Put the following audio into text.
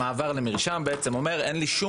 המעבר למרשם בעצם אומר: אין לי שום